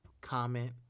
Comment